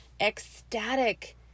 ecstatic